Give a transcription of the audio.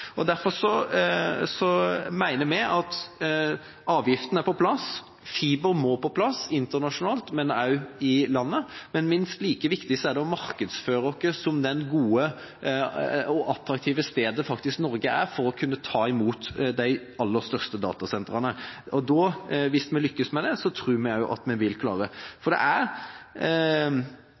er på plass, men fiber må på plass internasjonalt, og også i landet. Minst like viktig er det å markedsføre oss som det gode og attraktive stedet Norge faktisk er for å kunne ta imot de aller største datasentrene. Og da, hvis vi lykkes med det, tror vi også at vi vil klare det. Det er mange datasentre som skal etableres, og dessverre har ikke Norge blitt valgt ennå. Vi tror at det bl.a. er